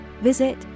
Visit